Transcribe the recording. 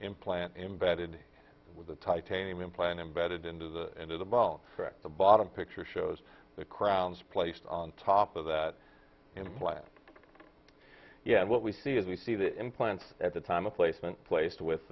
implant embedded with a titanium implant embedded into the end of the bone cracked the bottom picture shows the crowns placed on top of that implant yeah and what we see is we see the implant at the time of placement placed with